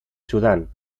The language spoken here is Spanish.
sudán